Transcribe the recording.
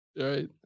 Right